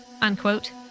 unquote